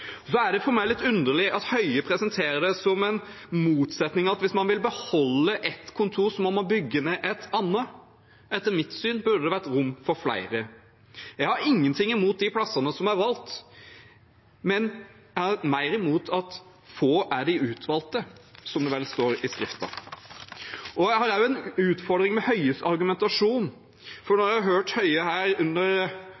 være rom for flere. Jeg har ingenting imot de plassene som er valgt, jeg har mer imot at få er de utvalgte, som det vel står i skriften. Jeg har også en utfordring med Høies argumentasjon, for når